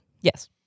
Yes